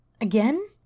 Again